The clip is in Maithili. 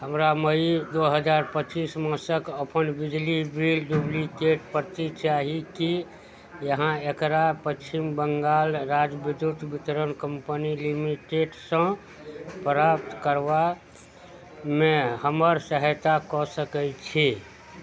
हमरा मइ दुइ हजार पचीस मासके अपन बिजली बिल डुप्लिकेट प्रति चाही कि अहाँ एकरा पच्छिम बङ्गाल राज्य विद्युत वितरण कम्पनी लिमिटेडसँ प्राप्त करबामे हमर सहायता कऽ सकै छी